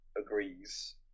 agrees